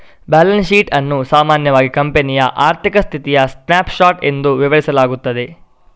balance sheet ಅನ್ನು ಸಾಮಾನ್ಯವಾಗಿ ಕಂಪನಿಯ ಆರ್ಥಿಕ ಸ್ಥಿತಿಯ ಸ್ನ್ಯಾಪ್ ಶಾಟ್ ಎಂದು ವಿವರಿಸಲಾಗುತ್ತದೆ